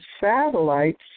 satellites